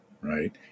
Right